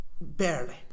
Barely